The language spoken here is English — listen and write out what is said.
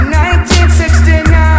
1969